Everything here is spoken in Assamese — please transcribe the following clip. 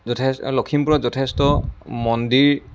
যথে লখিমপুৰত যথেষ্ট মন্দিৰ